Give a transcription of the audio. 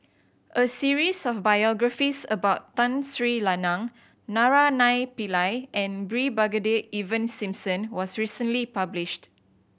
a series of biographies about Tun Sri Lanang Naraina Pillai and Brigadier Ivan Simson was recently published